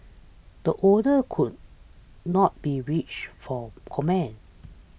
the owners could not be reached for comment